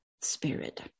spirit